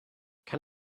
can